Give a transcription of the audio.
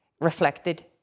reflected